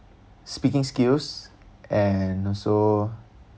speaking skills and also